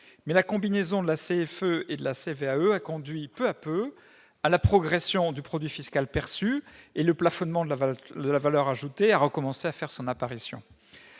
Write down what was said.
Mais la combinaison de la CFE et de la CVAE a conduit, peu à peu, à la progression du produit fiscal perçu, et le plafonnement de la valeur ajoutée a recommencé à faire son apparition